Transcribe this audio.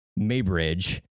Maybridge